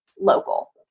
local